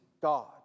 God